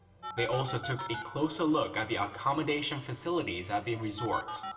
they also took a closer look at the accommodation facilities at the resort.